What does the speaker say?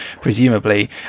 presumably